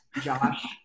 Josh